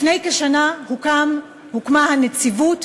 לפני כשנה הוקמה הנציבות,